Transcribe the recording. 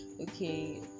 okay